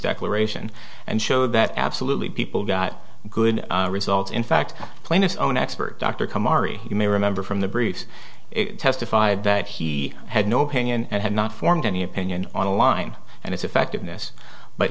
declaration and showed that absolutely people got good results in fact plainness own expert dr kamari you may remember from the briefs testified that he had no opinion and had not formed any opinion on the line and its effectiveness but